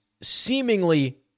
seemingly